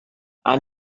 and